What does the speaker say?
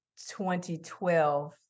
2012